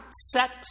set